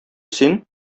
син